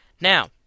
Now